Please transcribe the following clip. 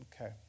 Okay